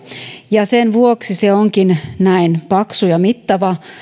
ja sen vuoksi se onkin näin paksu ja mittava